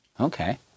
Okay